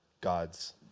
God's